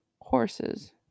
Horses